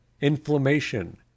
inflammation